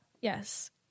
yes